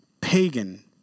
pagan